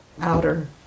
outer